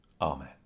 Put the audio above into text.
Amen